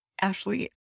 Ashley